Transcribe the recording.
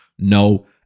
No